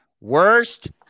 worst